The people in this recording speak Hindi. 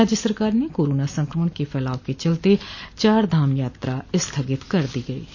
राज्य सरकार ने कोरोना संक्रमण के फलाव के चलते चार धाम यात्रा स्थगित कर दी है